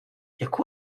jak